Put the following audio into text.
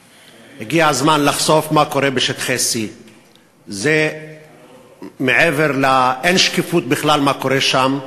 הגיע הזמן לחשוף מה קורה בשטחי C. אין שקיפות בכלל לגבי מה שקורה שם,